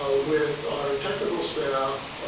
ah with our technical staff.